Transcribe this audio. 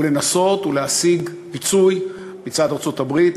לנסות ולהשיג פיצוי מצד ארצות-הברית,